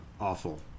awful